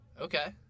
Okay